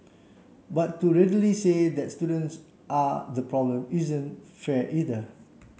but to readily say that students are the problem isn't fair either